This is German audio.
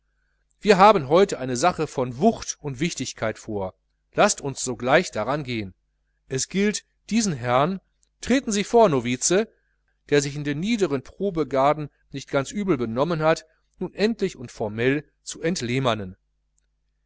wir haben heute eine sache von wucht und wichtigkeit vor laßt uns sogleich daran gehn es gilt diesen herrn treten sie vor novize der sich in den niederen probegraden nicht ganz übel benommen hat nun endlich und formell zu